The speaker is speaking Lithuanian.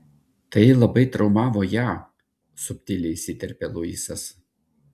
tai labai traumavo ją subtiliai įsiterpia luisas